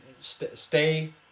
stay